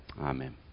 Amen